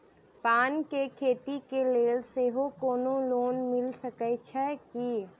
पान केँ खेती केँ लेल सेहो कोनो लोन मिल सकै छी की?